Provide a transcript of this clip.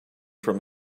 from